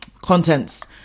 contents